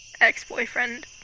Ex-boyfriend